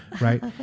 Right